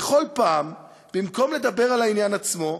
בכל פעם, במקום לדבר על העניין עצמו,